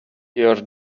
your